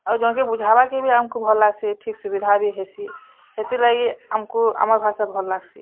ଆଉ ଜଣ୍ କେ ବୁଝାବା କେ ବି ଆମ୍କୁ ଭଲ୍ ଲାଗ୍ସି ଠିକ୍ ସୁବିଧା ବି ହେସି ହେଥିର୍ ଲାଗି ଆମ୍ କୁ ଆମର୍ ଭାଷା ଭଲ୍ ଲାଗ୍ସି